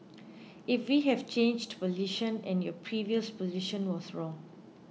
if we have changed position and your previous position was wrong